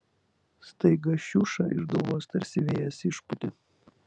staiga šiušą iš galvos tarsi vėjas išpūtė